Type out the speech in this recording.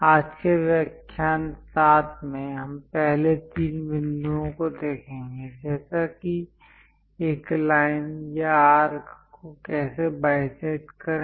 आज के व्याख्यान 7 में हम पहले तीन बिंदुओं को देखेंगे जैसे कि एक लाइन या आर्क को कैसे बाईसेक्ट करें